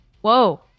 whoa